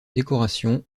décoration